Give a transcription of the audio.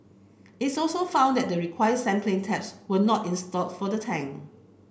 its also found that the required sampling taps were not installed for the tank